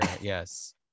Yes